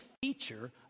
feature